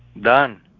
Done